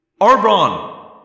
Arbron